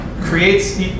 creates